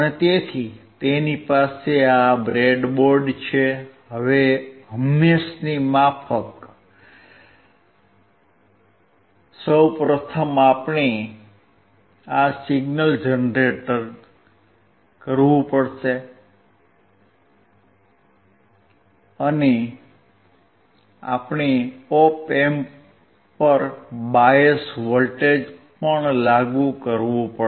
તેથી તેની પાસે આ બ્રેડબોર્ડ છે હવે હંમેશની માફક સૌ પ્રથમ આપણે આ સિગ્નલ જનરેટ કરવું પડશે અને આપણે ઓપ એમ્પ પર બાયસ વોલ્ટેજ પણ લાગુ કરવું પડશે